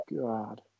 God